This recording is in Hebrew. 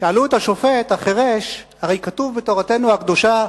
שאלו את השופט החירש: הרי כתוב בתורתנו הקדושה: